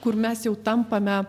kur mes jau tampame